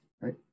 right